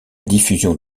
diffusion